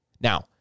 Now